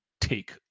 take